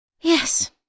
Yes